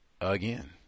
again